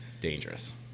Dangerous